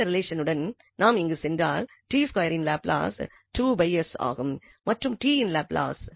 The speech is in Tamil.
இந்த ரிலேஷனுடன் நாம் இங்கு சென்றால் இன் லாப்லாஸ் 2s ஆகும் மற்றும் t இன் லாப்லாஸ்